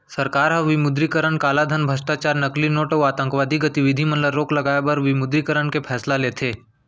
सरकार ह विमुद्रीकरन कालाधन, भस्टाचार, नकली नोट अउ आंतकवादी गतिबिधि मन म रोक लगाए बर विमुद्रीकरन के फैसला लेथे